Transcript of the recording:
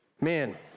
Man